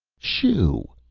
shoo,